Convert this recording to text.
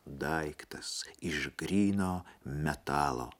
daiktas iš gryno metalo